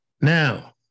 Now